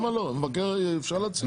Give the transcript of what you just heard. אפשר להציע.